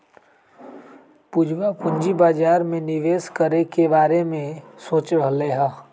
पूजवा पूंजी बाजार में निवेश करे के बारे में सोच रहले है